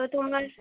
তো তোমার